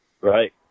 Right